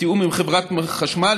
בתיאום עם חברת החשמל,